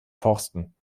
forsten